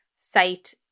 Site